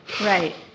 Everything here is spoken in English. Right